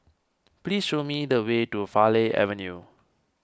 please show me the way to Farleigh Avenue